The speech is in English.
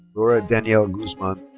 laura daniela guzman.